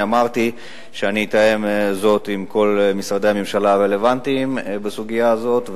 אני אמרתי שאני אתאם זאת עם כל משרדי הממשלה הרלוונטיים בסוגיה הזאת,